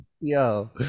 Yo